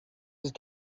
ist